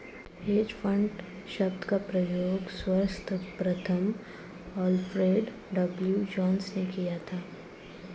hedge fund शब्द का प्रयोग सर्वप्रथम अल्फ्रेड डब्ल्यू जोंस ने किया था